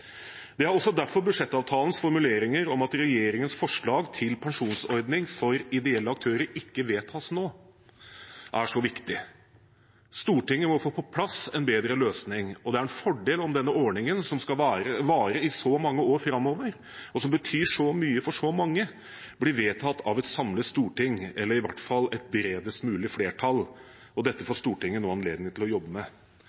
Det er også derfor budsjettavtalens formuleringer om at regjeringens forslag til pensjonsordning for ideelle aktører ikke vedtas nå, er så viktig. Stortinget må få på plass en bedre løsning, og det er en fordel om denne ordningen, som skal vare i så mange år framover, og som betyr så mye for så mange, blir vedtatt av et samlet storting, eller i hvert fall av et bredest mulig flertall. Dette